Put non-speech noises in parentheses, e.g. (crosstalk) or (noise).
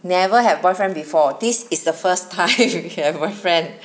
never have boyfriend before this is the first time (laughs) she have boyfriend